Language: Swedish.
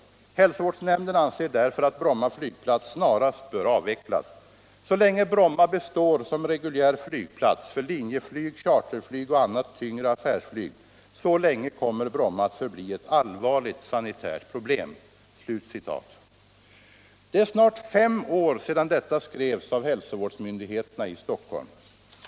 Hälsovårdsnämnden anser därför att Bromma flygplats snarast bör avvecklas. Så länge Bromma består som reguljär flygplats för linjeflyg, charterflyg och annat tyngre affärsflyg, så länge kommer Bromma att förbli ett allvarligt sanitärt problem.” Det är snart fem år sedan detta skrevs av hälsovårdsmyndigheterna i Stockholm.